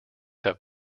have